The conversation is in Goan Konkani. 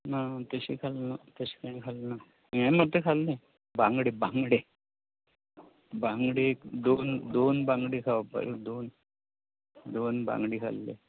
ना तशें कांय तशें कांय खालें नां यें मात खाल्ले बांगडे बांगडे बांगडे दोन दोन दोन बांगडे खावपा दोन दोन बांगडे खाल्ले